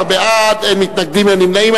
18 בעד, אין מתנגדים, אין נמנעים.